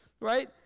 right